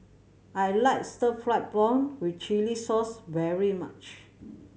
I like stir fried prawn with chili sauce very much